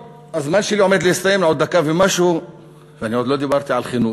הזמן שלי עומד להסתיים בעוד דקה ומשהו ואני עוד לא דיברתי על חינוך,